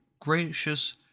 gracious